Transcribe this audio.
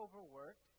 overworked